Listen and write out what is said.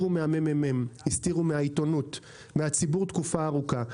מהמ.מ.מ, מהעיתונות ומהציבור תקופה ארוכה.